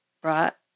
brought